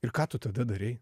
ir ką tu tada darei